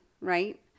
right